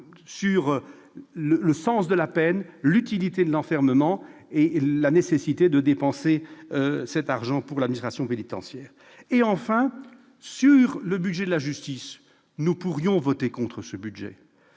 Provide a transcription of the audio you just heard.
sur le sens de la peine, l'utilité de l'enfermement et la nécessité de dépenser cet argent en faveur de l'administration pénitentiaire. Enfin, s'agissant du budget de la justice, nous pourrions voter contre.